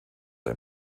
ein